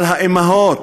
אבל האימהות,